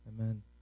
Amen